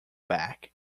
back